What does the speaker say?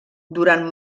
durant